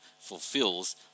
fulfills